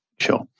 Sure